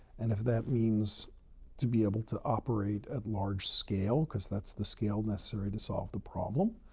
and if that means to be able to operate at large scale, because that's the scale necessary to solve the problem,